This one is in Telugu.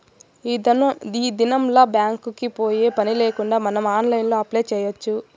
ఈ దినంల్ల బ్యాంక్ కి పోయే పనిలేకుండా మనం ఆన్లైన్లో అప్లై చేయచ్చు